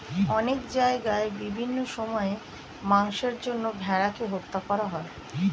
অনেক জায়গায় বিভিন্ন সময়ে মাংসের জন্য ভেড়াকে হত্যা করা হয়